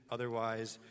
otherwise